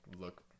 look